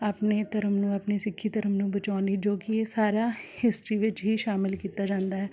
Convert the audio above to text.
ਆਪਣੇ ਧਰਮ ਨੂੰ ਆਪਣੀ ਸਿੱਖੀ ਧਰਮ ਨੂੰ ਬਚਾਉਣ ਲਈ ਜੋ ਕਿ ਇਹ ਸਾਰਾ ਹਿਸਟਰੀ ਵਿੱਚ ਹੀ ਸ਼ਾਮਿਲ ਕੀਤਾ ਜਾਂਦਾ ਹੈ